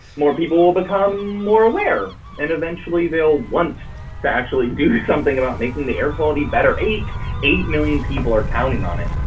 more people will become more aware. aware. and, eventually, they'll want to actually do something about making the air quality better. eight eight million people are counting on it.